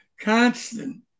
constant